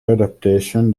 adaptation